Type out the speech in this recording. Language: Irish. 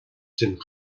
den